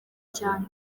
cyane